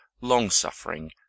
long-suffering